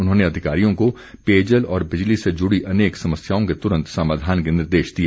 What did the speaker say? उन्होंने अधिकारियों को पेयजल और बिजली से जुड़ी अनेक समस्याओं के तुरंत समाधान के निर्देश दिए